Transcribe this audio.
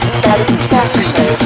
satisfaction